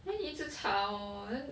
then 你一直吵我 then